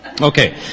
Okay